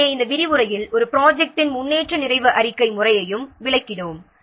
எனவே இந்த விரிவுரையில் ஒரு ப்ராஜெக்ட்ன் முன்னேற்ற நிறைவு அறிக்கை முறையையும் விளக்கினோம்